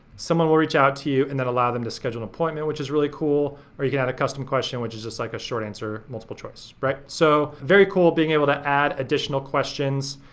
someone will reach out to you. and then allow them to schedule an appointment which is really cool. or you can add a custom question, which is just like a short answer, multiple choice, right? so very cool being able to add additional questions.